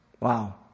Wow